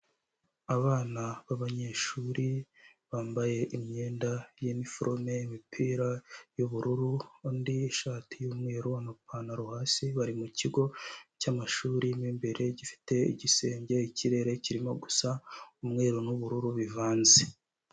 Abana b'abanyeshuri bambaye imyenda y'iniforume, imipira y'ubururu, undi ishati y'umweru, amapantaro hasi, bari mu kigo cy'amashuri, mo imbere gifite igisenge, ikirere kirimo gusa umweru n'ubururu bivanze.